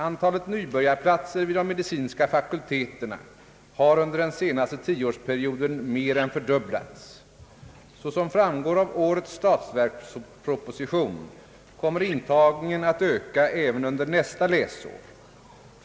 Antalet nybörjarplatser vid de medicinska fakulteterna har under den senaste tioårsperioden mer än fördubblats. Såsom framgår av årets statsverksproposition kommer intagningen att öka även under nästa läsår.